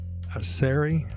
Aseri